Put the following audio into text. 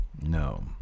no